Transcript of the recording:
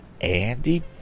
Andy